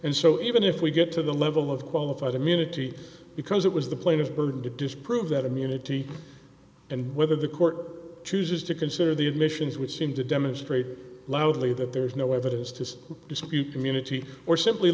and so even if we get to the level of qualified immunity because it was the plaintiff burden to disprove that immunity and whether the court chooses to consider the admissions would seem to demonstrate loudly that there is no evidence to dispute community or simply